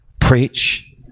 preach